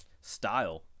style